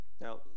Now